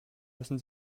müssen